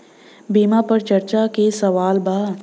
बीमा पर चर्चा के सवाल बा?